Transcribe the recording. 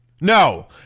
No